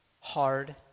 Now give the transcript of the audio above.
hard